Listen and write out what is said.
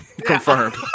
confirmed